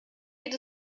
geht